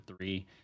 three